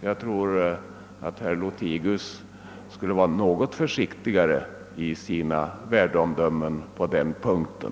Han borde nog vara något försiktigare i sina värdeomdömen på den punkten.